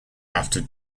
after